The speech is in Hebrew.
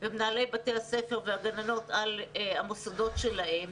ומנהלי בתי הספר והגננות על המוסדות שלהם.